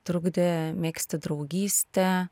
trukdė megzti draugystę